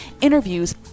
interviews